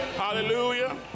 hallelujah